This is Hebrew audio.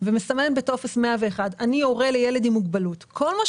ומסמן בטופס 101 שהוא הורה לילד עם מוגבלות כל מה